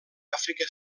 àfrica